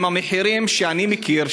עם המחירים שאני מכיר,